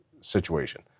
situation